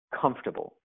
comfortable